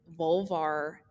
Vulvar